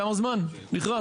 כמה זמן מכרז?